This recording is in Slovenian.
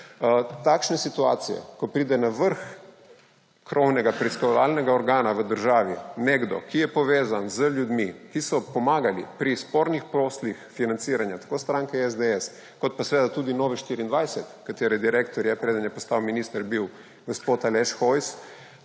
Takšne situacije, ko pride na vrh krovnega preiskovalnega organa v državi nekdo, ki je povezan z ljudmi, ki so pomagali pri spornih poslih financiranja tako stranke SDS kot pa seveda tudi Nove24, katere direktor je, preden je postal minister, bil gospod Aleš Hojs,